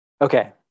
Okay